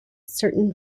certain